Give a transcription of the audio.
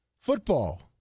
Football